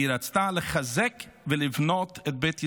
היא רצתה לחזק ולבנות את בית ישראל,